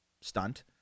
stunt